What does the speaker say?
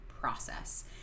process